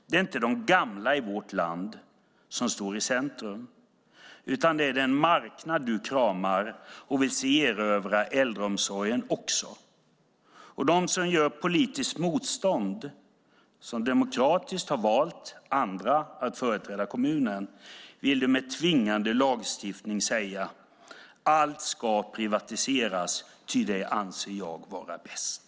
Det är inte de gamla i vårt land som står i centrum, utan det är den marknad du kramar och vill se erövra äldreomsorgen också. De som gör politiskt motstånd och som demokratiskt har valt andra att företräda kommunen vill du med tvingande lagstiftning säga: Allt ska privatiseras, ty det anser jag vara bäst.